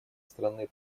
страны